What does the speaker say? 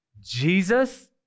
Jesus